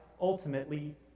ultimately